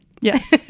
Yes